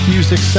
Music